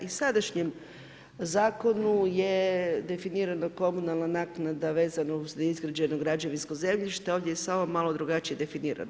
I u sadašnjem zakonu je definirana komunalna naknada vezano uz neizgrađeno građevinsko zemljište, ovdje je samo malo drugačije definirano.